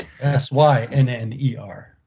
S-Y-N-N-E-R